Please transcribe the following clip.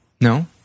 No